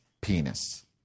penis